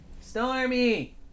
Stormy